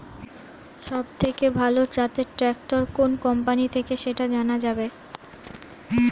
সবথেকে ভালো জাতের ট্রাক্টর কোন কোম্পানি থেকে সেটা জানা যাবে?